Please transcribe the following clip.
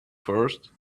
first